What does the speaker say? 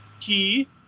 key